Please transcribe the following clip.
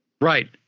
Right